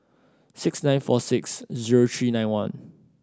six nine four six zero three nine one